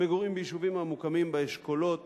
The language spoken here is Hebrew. מגורים ביישובים הממוקמים באשכולות